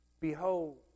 Behold